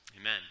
Amen